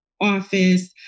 Office